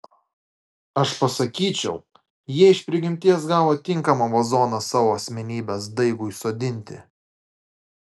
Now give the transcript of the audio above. aš pasakyčiau jie iš prigimties gavo tinkamą vazoną savo asmenybės daigui sodinti